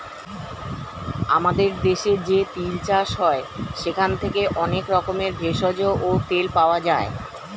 আমাদের দেশে যে তিল চাষ হয় সেখান থেকে অনেক রকমের ভেষজ ও তেল পাওয়া যায়